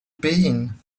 been